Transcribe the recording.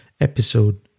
episode